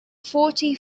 forty